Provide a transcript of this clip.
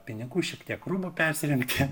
pinigų šiek tiek rūbų persirengti